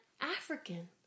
African